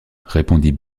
répondit